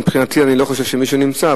מבחינתי אני לא חושב שמישהו נמצא,